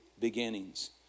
beginnings